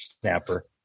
Snapper